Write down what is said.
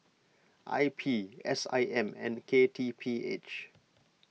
I P S I M and K T P H